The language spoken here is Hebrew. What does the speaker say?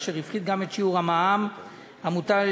אשר הפחית גם את שיעור המע"מ המוטל על